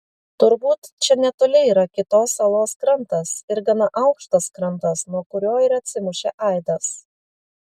turbūt čia netoli yra kitos salos krantas ir gana aukštas krantas nuo kurio ir atsimušė aidas